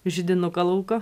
židinuką lauko